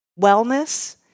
wellness